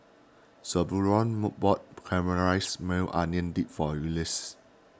Zebulon more bought Caramelized Maui Onion Dip for Ulises